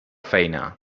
feina